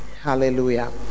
Hallelujah